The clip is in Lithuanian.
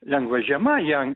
lengva žiema jie